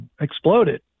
exploded